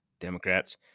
Democrats